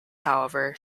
however